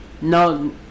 No